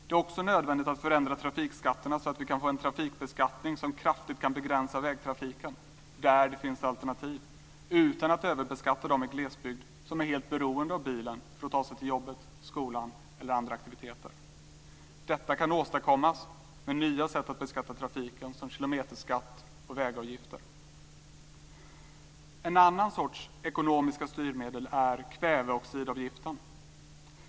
Det är också nödvändigt att förändra trafikskatterna så att vi kan få en trafikbeskattning som kraftigt kan begränsa vägtrafiken där det finns alternativ utan att överbeskatta dem i glesbygd som är helt beroende av bilen för att ta sig till jobbet, skolan eller andra aktiviteter. Detta kan åstadkommas med nya sätt att beskatta trafiken som kilometerskatt och vägavgifter. En annan sorts ekonomiska styrmedel är kväveoxidavgiften.